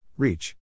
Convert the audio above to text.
Reach